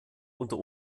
unter